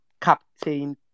Captain